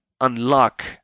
unlock